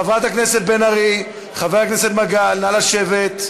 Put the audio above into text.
חברת הכנסת בן ארי, חבר הכנסת מגל, נא לשבת.